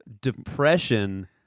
depression